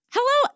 Hello